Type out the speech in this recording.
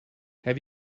have